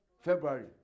February